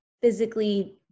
physically